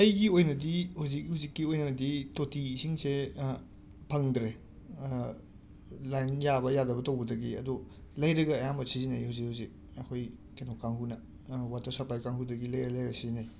ꯑꯩꯒꯤ ꯑꯣꯏꯅꯗꯤ ꯍꯨꯖꯤꯛ ꯍꯨꯖꯤꯛꯀꯤ ꯑꯣꯏꯅꯗꯤ ꯇꯣꯇꯤ ꯏꯁꯤꯡꯁꯦ ꯐꯪꯗ꯭ꯔꯦ ꯂꯥꯏꯟ ꯌꯥꯕ ꯌꯥꯗꯕ ꯇꯧꯕꯗꯒꯤ ꯑꯗꯣ ꯂꯩꯔꯒ ꯑꯌꯥꯝꯕ ꯁꯤꯖꯤꯟꯅꯩ ꯍꯨꯖꯤꯛ ꯍꯨꯖꯤꯛ ꯑꯩꯈꯣꯏ ꯀꯩꯅꯣ ꯀꯥꯡꯕꯨꯅ ꯋꯥꯇꯔ ꯁꯞꯄ꯭ꯂꯥꯏ ꯀꯥꯡꯕꯨꯗꯒꯤ ꯂꯩꯔ ꯂꯩꯔ ꯁꯤꯖꯟꯅꯩ